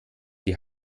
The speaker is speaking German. die